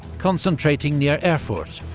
concentrating near erfurt,